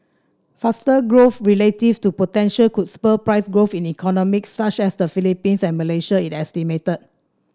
faster growth relative to potential could spur price growth in economies such as the Philippines and Malaysia it estimated